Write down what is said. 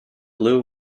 blue